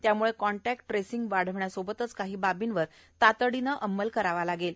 त्यामुळे contact tracing वाढविण्यासोबतच काही बाबींवर तातडीने अंमल करावा लागेल